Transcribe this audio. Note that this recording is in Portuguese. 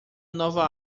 nova